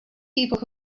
people